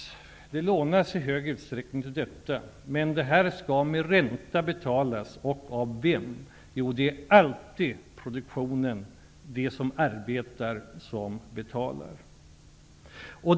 Det lånas i stor utsträckning till detta, men det skall med ränta betalas. Vem skall då betala? Jo, det är alltid produktionen, nämligen de som arbetar som får betala.